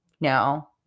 No